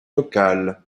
locales